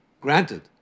granted